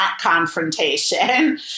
confrontation